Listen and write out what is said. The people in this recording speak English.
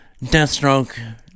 Deathstroke